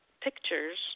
pictures